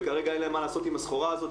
וכרגע אין להם מה לעשות עם הסחורה הזאת,